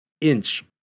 inch